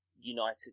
United